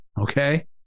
Okay